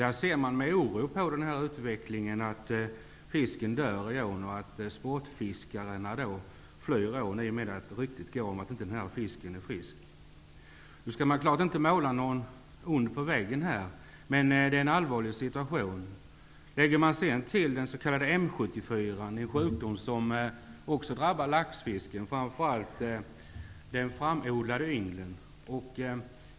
Där ser man med oro på utvecklingen att fisken dör i ån. Sportfiskarna flyr ån, eftersom det går ett rykte om att den här fisken inte är frisk. Man skall naturligtvis inte måla någon ond på väggen här, men situationen är allvarlig. Dessutom förekommer sjukdomen M74 som också drabbar laxfisken, framför allt den framodlade yngeln.